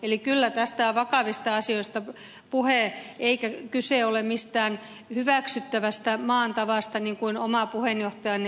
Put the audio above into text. eli kyllä tässä on vakavista asioista puhe eikä kyse ole mistään hyväksyttävästä maan tavasta niin kuin oma puheenjohtajanne yritti väittää